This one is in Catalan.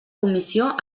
comissió